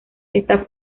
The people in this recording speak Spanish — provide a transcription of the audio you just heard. esta